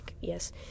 yes